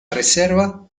reserva